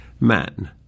man